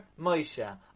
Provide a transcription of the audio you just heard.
Moshe